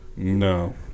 No